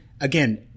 Again